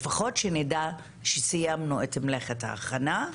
לפחות שנדע שסיימנו את מלאכת ההכנה,